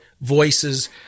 voices